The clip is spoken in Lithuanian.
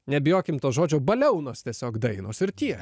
nebijokim to žodžio baliaunos tiesiog dainos ir tiek